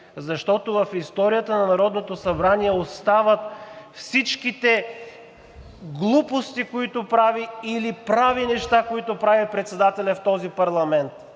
защото в историята на Народното събрание остават всичките глупости или неща, които прави председателят на този парламент!